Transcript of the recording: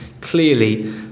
clearly